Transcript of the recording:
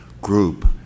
group